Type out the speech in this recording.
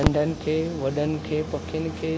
नंढनि खे वॾनि खे पखियुनि खे